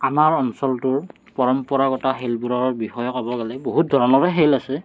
আমাৰ অঞ্চলটোৰ পৰম্পৰাগত খেলবোৰৰ বিষয়ে ক'ব গ'লে বহুত ধৰণৰে খেল আছে